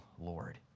Lord